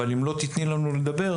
אבל אם לא תיתני לנו לדבר,